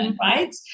right